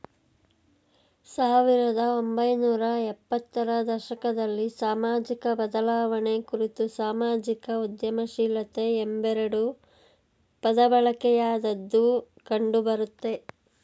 ಸಾವಿರದ ಒಂಬೈನೂರ ಎಪ್ಪತ್ತ ರ ದಶಕದಲ್ಲಿ ಸಾಮಾಜಿಕಬದಲಾವಣೆ ಕುರಿತು ಸಾಮಾಜಿಕ ಉದ್ಯಮಶೀಲತೆ ಎಂಬೆರಡು ಪದಬಳಕೆಯಾದದ್ದು ಕಂಡುಬರುತ್ತೆ